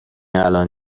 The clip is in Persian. الان